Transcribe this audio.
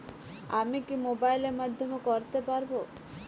আমি কি মোবাইলের মাধ্যমে করতে পারব?